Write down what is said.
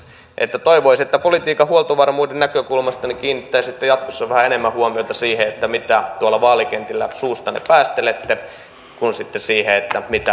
toivoisi että politiikan huoltovarmuuden näkökulmasta kiinnittäisitte jatkossa vähän enemmän huomiota siihen mitä tuolla vaalikentillä suustanne päästelette ja sitten siihen mitä vallassa teette